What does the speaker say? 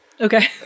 Okay